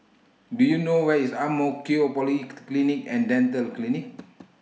Do YOU know Where IS Ang Mo Kio Polyclinic and Dental Clinic